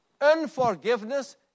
Unforgiveness